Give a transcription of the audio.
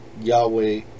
Yahweh